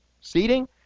seating